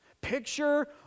picture